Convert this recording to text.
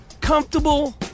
comfortable